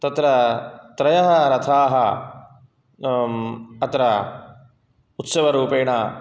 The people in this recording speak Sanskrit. तत्र त्रयः रथाः अत्र उत्सवरूपेण